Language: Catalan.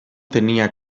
tenia